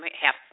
half